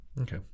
Okay